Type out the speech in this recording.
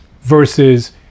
Versus